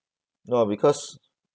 no lah because